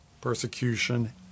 persecution